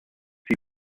see